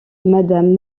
madame